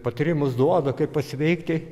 patarimus duoda kaip pasveikti